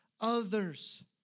others